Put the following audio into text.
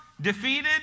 defeated